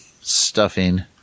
Stuffing